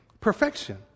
perfection